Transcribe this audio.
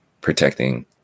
protecting